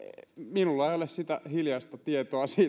minulla ei ole sitä hiljaista tietoa